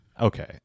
Okay